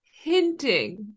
hinting